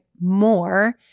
more